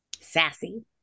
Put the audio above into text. Sassy